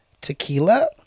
tequila